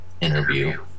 interview